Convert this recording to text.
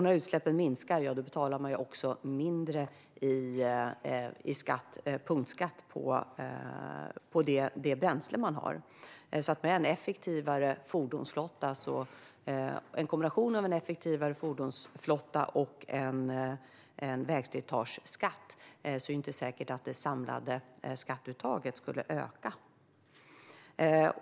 När utsläppen minskar betalar man också mindre i punktskatt på det bränsle man har. Med en kombination av en effektivare fordonsflotta och en vägslitageskatt är det därför inte säkert att det samlade skatteuttaget skulle öka.